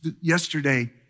Yesterday